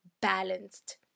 balanced